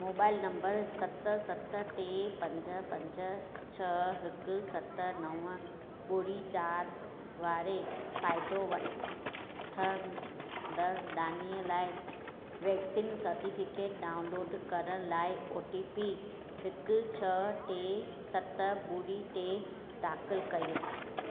mobile number सत सत टे पंज पंज छह हिकु सत नव ॿुड़ी चारि वारे फ़ाइदो वठंदड़ दानिअ लाइ वैक्सीन सटिफिकेट डाउनलोड करण लाइ ओटीपी हिकु छह टे सत ॿुड़ी टे दाखिल कयो